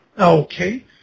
Okay